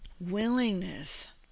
willingness